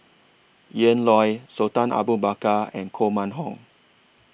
Ian Loy Sultan Abu Bakar and Koh Mun Hong